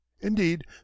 indeed